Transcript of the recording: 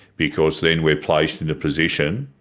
because then we are placed in a position,